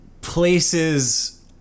places